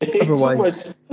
Otherwise